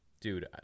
Dude